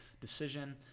decision